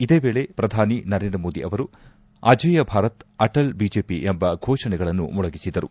ಇದೇ ವೇಳೆ ಪ್ರಧಾನಿ ನರೇಂದ್ರ ಮೋದಿ ಅವರು ಅಜೇಯ ಭಾರತ್ ಅಟಲ್ ಬಿಜೆಪಿ ಎಂಬ ಘೋಷಣೆಗಳನ್ನು ಮೊಳಗಿಸಿದರು